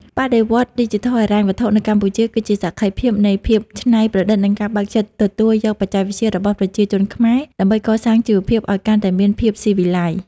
បដិវត្តន៍ឌីជីថលហិរញ្ញវត្ថុនៅកម្ពុជាគឺជាសក្ខីភាពនៃភាពច្នៃប្រឌិត និងការបើកចិត្តទទួលយកបច្ចេកវិទ្យារបស់ប្រជាជនខ្មែរ ដើម្បីកសាងជីវភាពឱ្យកាន់តែមានភាពស៊ីវិល័យ។